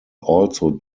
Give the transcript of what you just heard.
also